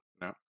No